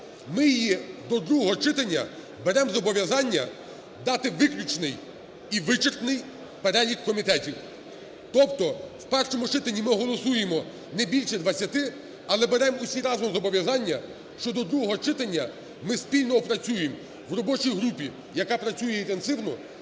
ми її до другого читання берем зобов'язання дати виключний і вичерпний перелік комітетів. Тобто в першому читанні ми голосуємо не більше 20, але берем усі разом зобов'язання, що до другого читання ми спільно опрацюєм в робочій групі, яка працює інтенсивно,